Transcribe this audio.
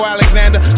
Alexander